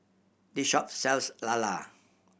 this shop sells lala